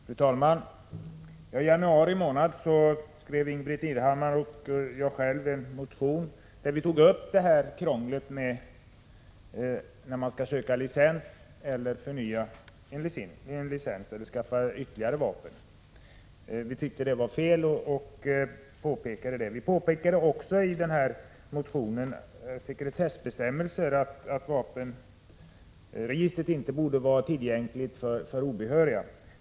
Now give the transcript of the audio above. Fru talman! I januari månad skrev Ingbritt Irhammar och jag en motion, där vi tog upp det krångel som är förenat med att söka eller förnya en vapenlicens eller skaffa ytterligare vapen. Vi påpekade att vi ansåg att gällande regler är felaktiga samt att sekretessregistret avseende vapen inte borde vara tillgängligt för obehöriga.